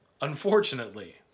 unfortunately